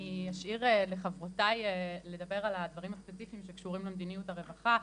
אני אשאיר לחברותיי לדבר על הדברים הספציפיים שקשורים למדיניות הרווחה,